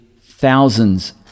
thousands